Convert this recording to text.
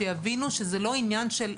כדי שיבינו שזהו לא עניין שלי,